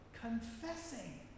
confessing